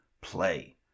play